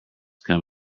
come